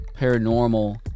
paranormal